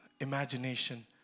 imagination